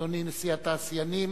אדוני נשיא התאחדות התעשיינים,